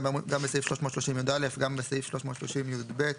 גם בסעיף 330יא וגם בסעיף 330יב,